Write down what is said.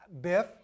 Biff